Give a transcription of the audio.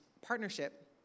partnership